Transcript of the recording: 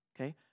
okay